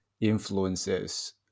influences